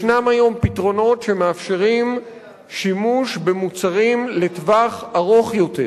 ישנם היום פתרונות שמאפשרים שימוש במוצרים לטווח ארוך יותר,